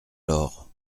laure